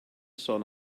sôn